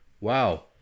Wow